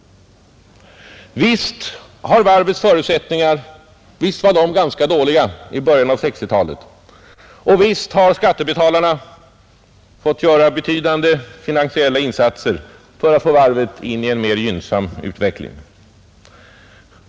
Visst var varvets förutsättningar ganska dåliga i början av 1960-talet, och visst har skattebetalarna fått göra betydande finansiella insatser för att få varvet in i en mer gynnsam utveckling.